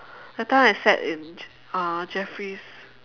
that time I sat in uh jeffrey's